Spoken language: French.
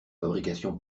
fabrication